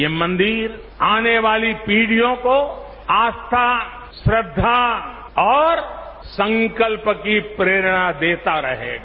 यह मंदिर आने वाली पीढ़ियों को आस्था श्रद्धा और संकल्प की प्रेरणा देता रहेगा